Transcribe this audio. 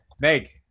Meg